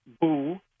boo